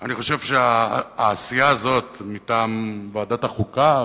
אני חושב שהעשייה הזאת מטעם ועדת החוקה,